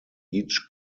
each